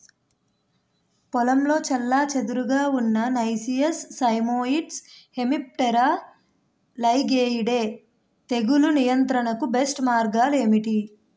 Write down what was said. పొలంలో చెల్లాచెదురుగా ఉన్న నైసియస్ సైమోయిడ్స్ హెమిప్టెరా లైగేయిడే తెగులు నియంత్రణకు బెస్ట్ మార్గాలు ఏమిటి?